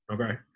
Okay